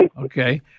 Okay